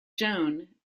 joan